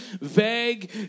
vague